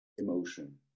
Emotion